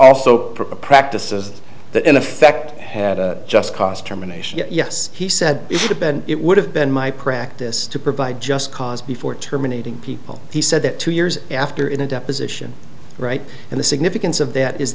also a practice that in effect had just caused terminations yes he said it would have been my practice to provide just cause before terminating people he said that two years after in a deposition right in the significance of that is